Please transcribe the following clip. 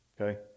Okay